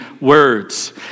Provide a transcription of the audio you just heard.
words